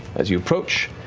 as you approach,